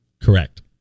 Correct